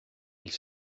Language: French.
ils